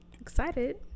Excited